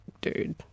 dude